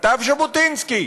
כתב ז'בוטינסקי.